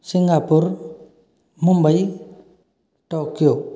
Singapore Mumbai Tokyo